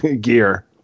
gear